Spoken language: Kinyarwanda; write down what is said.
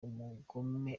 umugome